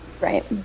right